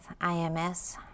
IMS